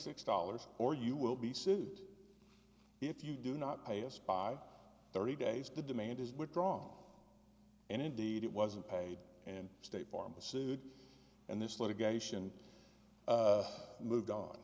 six dollars or you will be sued if you do not pay us by thirty days to demand is with wrong and indeed it wasn't paid and state farm the suit and this litigation moved on